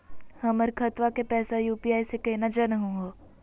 हमर खतवा के पैसवा यू.पी.आई स केना जानहु हो?